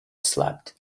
slept